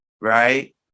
right